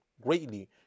greatly